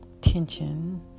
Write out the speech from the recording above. tension